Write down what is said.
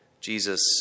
Jesus